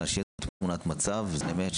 שתהיה תמונת מצב בזמן אמת,